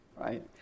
right